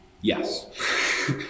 Yes